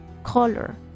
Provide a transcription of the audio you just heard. color